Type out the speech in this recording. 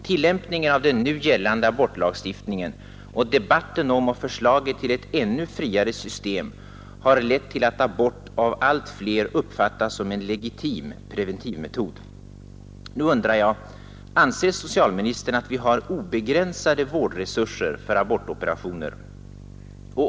Tillämpningen av den nu gällande abortlagstiftningen och debatten om och förslaget till ett ännu friare system har lett till att abort av allt fler uppfattas som en legitim preventivmetod. Nu undrar jag: Anser socialministern att vi har obegränsade vårdresurser för abortoperationer?